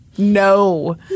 No